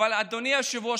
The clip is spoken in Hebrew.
אדוני היושב-ראש,